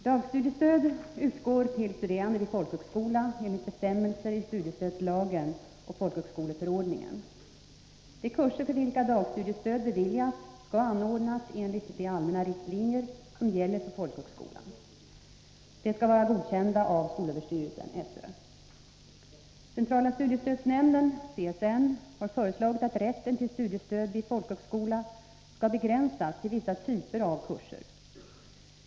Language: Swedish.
Dagstudiestöd utgår till studerande vid folkhögskolor enligt bestämmelser i studiestödslagen och folkhögskoleförordningen. De kurser för vilka dagstudiestöd beviljas skall anordnas enligt de allmänna riktlinjer som gäller för folkhögskolan. De skall vara godkända av skolöverstyrelsen . Centrala studiestödsnämnden har föreslagit att rätten till studiestöd vid folkhögskola skall begränsas till vissa typer av kurser.